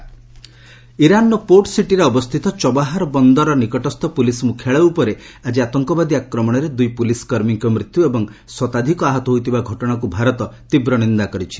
India Iran attack ଇରାନ୍ର port ସିଟିରେ ଅବସ୍ଥିତ ଚବାହାର ବନ୍ଦର ସଂଗଲଗ୍ନ ପୁଲିସ ମୁଖ୍ୟାଳୟ ଉପରେ ଆଜି ଆତଙ୍କବାଦୀ ଆକ୍ରମଣରେ ଦୁଇ ପୁଲିସ୍ କର୍ମୀଙ୍କ ମୃତ୍ୟୁ ଏବଂ ଶତାଧିକ ଆହତ ହୋଇଥିବା ଘଟଣାକୁ ଭାରତ ତୀବ୍ର ନିନ୍ଦା କରିଛି